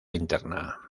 interna